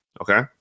okay